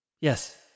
Yes